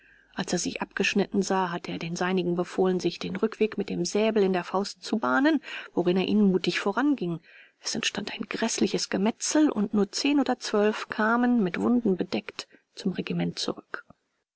als er sich abgeschnitten sah hatte er den seinigen befohlen sich den rückweg mit dem säbel in der faust zu bahnen worin er ihnen mutig voranging es entstand ein gräßliches gemetzel und nur zehn oder zwölf kamen mit wunden bedeckt zum regiment zurück